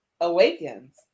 awakens